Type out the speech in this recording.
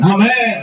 Amen